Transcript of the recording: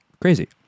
crazy